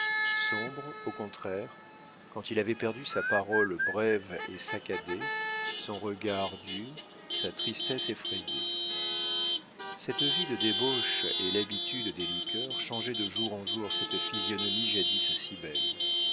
sombre au contraire quand il avait perdu sa parole brève et saccadée son regard dur sa tristesse effrayaient cette vie de débauche et l'habitude des liqueurs changeaient de jour en jour cette physionomie jadis si belle